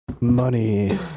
Money